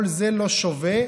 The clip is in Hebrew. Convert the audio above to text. כל זה לא שווה,